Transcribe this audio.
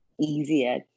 easier